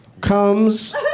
Comes